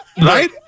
Right